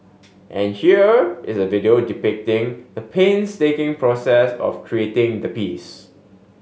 and here is a video depicting the painstaking process of creating the piece